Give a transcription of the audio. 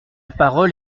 parole